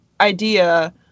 idea